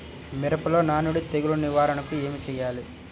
మిరపలో నానుడి తెగులు నివారణకు ఏమి చేయాలి?